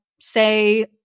say